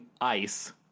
ice